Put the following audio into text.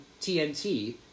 TNT